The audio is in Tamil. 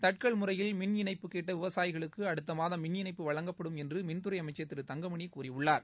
தட்கல் முறையில் மின் இணைப்பு கேட்ட விவசாயிகளுக்கு அடுத்த மாதம் மின் இணைப்பு வழங்கப்படும் என்று மின்துறை அமைச்சா் திரு தங்கமணி கூறியுள்ளார்